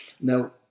Now